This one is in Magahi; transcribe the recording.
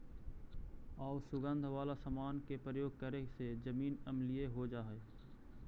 आउ सुगंध वाला समान के प्रयोग करे से जमीन अम्लीय हो जा हई